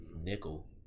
nickel